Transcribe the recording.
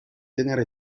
tenera